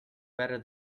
better